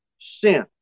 sin